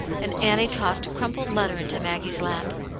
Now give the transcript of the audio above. and annie tossed a crumpled letter into maggie's lap.